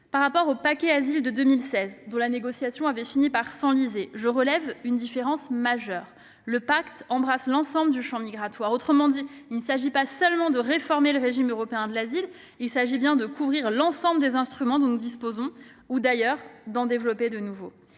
Par rapport au paquet Asile de 2016, dont la négociation avait fini par s'enliser, je relève une différence majeure : le pacte embrasse l'ensemble du champ migratoire. Autrement dit, il ne s'agit pas seulement de réformer le régime européen de l'asile, mais de couvrir l'ensemble des instruments dont nous disposons ou d'en développer de nouveaux.